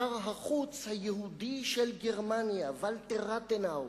שר החוץ היהודי של גרמניה, ולטר רתנאו.